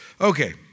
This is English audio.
Okay